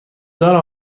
دارم